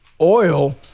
oil